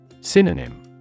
Synonym